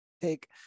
take